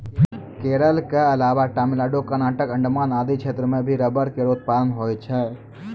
केरल क अलावा तमिलनाडु, कर्नाटक, अंडमान आदि क्षेत्रो म भी रबड़ केरो उत्पादन होय छै